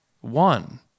one